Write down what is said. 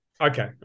Okay